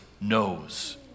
knows